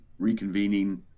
reconvening